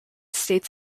states